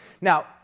Now